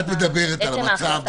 את מדברת על שני דברים.